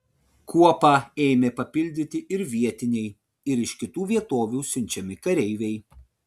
kuopą ėmė papildyti ir vietiniai ir iš kitų vietovių siunčiami kareiviai